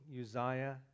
Uzziah